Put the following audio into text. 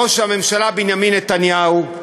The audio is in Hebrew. ראש הממשלה בנימין נתניהו,